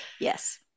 Yes